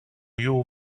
you